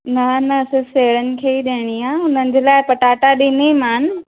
न न सिर्फ़ु सेणनि खे ई ॾियणी आहे हुननि जे लाइ पटाटा ॾींदीमानि